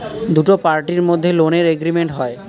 দুটো পার্টির মধ্যে লোনের এগ্রিমেন্ট হয়